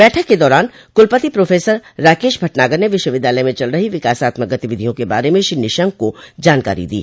बैठक के दौरान कुलपति प्रोफेसर राकेश भटनागर ने ने विश्वविद्यालय में चल रही विकासात्मक गतिविधियों के बारे में श्री निशंक को जानकारी दी